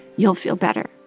you'll feel better.